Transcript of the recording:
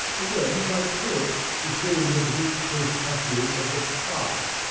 and then my poets the same that writ so subtly of the fart,